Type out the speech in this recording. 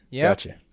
gotcha